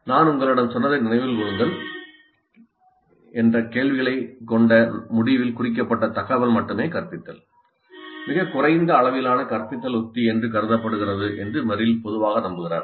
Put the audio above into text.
நான் உங்களிடம் சொன்னதை நினைவில் கொள்ளுங்கள் என்ற கேள்விகளைக் கொண்ட முடிவில் குறிக்கப்பட்ட தகவல் மட்டுமே கற்பித்தல் மிகக் குறைந்த அளவிலான கற்பித்தல் உத்தி என்று கருதப்படுகிறது என்று மெரில் பொதுவாக நம்புகிறார்